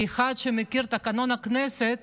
כאחד שמכיר את תקנון הכנסת